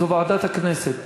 ועדת הכנסת.